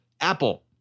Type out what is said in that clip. Apple